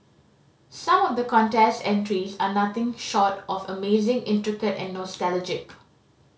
some of the contest entries are nothing short of amazing intricate and nostalgic